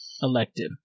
elective